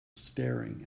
staring